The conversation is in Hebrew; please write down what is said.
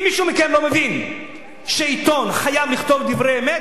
אם מישהו מכם לא מבין שעיתון חייב לכתוב דברי אמת,